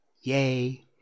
Yay